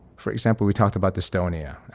for example, we talked about dystonia.